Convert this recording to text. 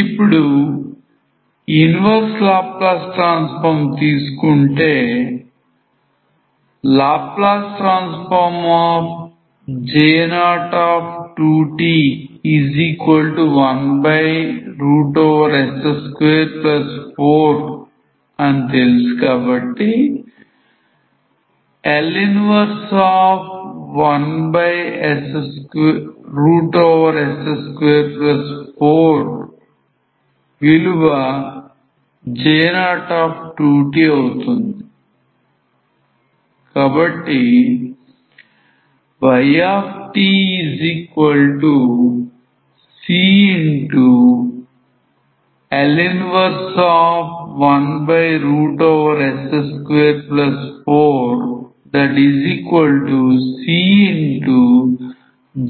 ఇప్పుడు inverse laplace transform తీసుకుంటే LJ02t1s24కాబట్టి ytc L